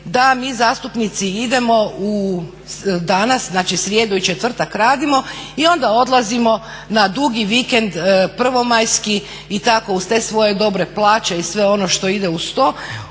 da mi zastupnici idemo danas znači srijedu i četvrtak radimo, i onda odlazimo na dugi vikend prvomajski i tako uz te svoje dobre plaće i sve ono što ide uz to.